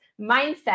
mindset